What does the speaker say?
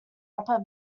upper